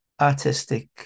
artistic